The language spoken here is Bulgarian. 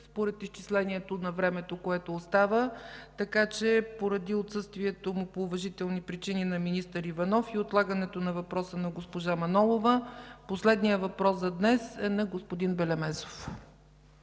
според изчислението на времето, което остава, така че поради отсъствието по уважителни причини на министър Иванов и отлагането на въпроса на госпожа Манолова, последният въпрос за днес е на господин Белемезов.